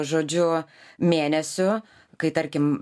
žodžiu mėnesių kai tarkim